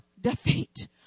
defeat